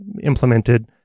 implemented